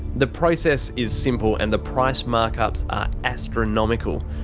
the process is simple, and the price mark-ups are astronomical.